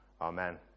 amen